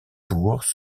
tours